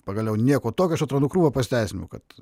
pagaliau nieko tokio aš atradau krūvą pasiteisinimų kad